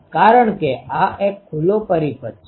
કારણ કે આ એક ખુલ્લો પરિપથ છે